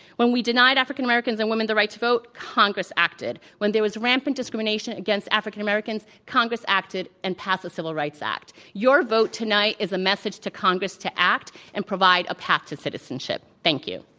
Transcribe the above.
when we denied african americans and women the right to vote, congress acted. when there was rampant discrimination against african americans, congress acted and passed the civil rights act. your vote tonight is a message to congress to act and provide a path to citizenship. thank you.